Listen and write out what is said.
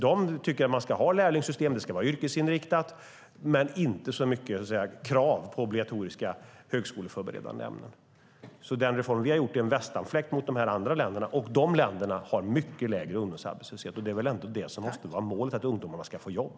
De tycker att man ska ha lärlingssystem och att det ska vara yrkesinriktat, men det ska inte vara så mycket krav på obligatoriska högskoleförberedande ämnen. Den reform vi har gjort är en västanfläkt i jämförelse med de andra länderna, och de länderna har mycket lägre ungdomsarbetslöshet. Målet måste väl ändå vara att ungdomarna ska få jobb?